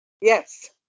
Yes